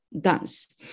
dance